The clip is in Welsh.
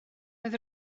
oedd